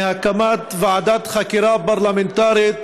מהקמת ועדת חקירה פרלמנטרית